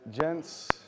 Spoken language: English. gents